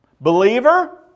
Believer